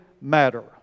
matter